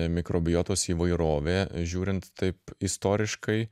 mikrobiotos įvairovė žiūrint taip istoriškai